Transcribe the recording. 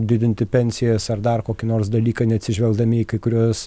didinti pensijas ar dar kokį nors dalyką neatsižvelgdami į kai kuriuos